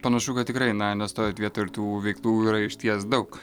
panašu kad tikrai na nestovit vietoj ir tų veiklų yra išties daug